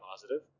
positive